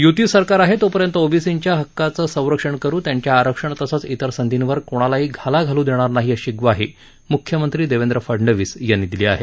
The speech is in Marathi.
य्ती सरकार आहे तोपर्यंत ओबीसींच्या हक्काचं संरक्षण करु त्यांच्या आरक्षण तसंच इतर संधींवर कोणालाही घाला घालू देणार नाही अशी ग्वाही मुख्यमंत्री देवेंद्र फडनवीस यांनी दिली आहे